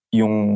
yung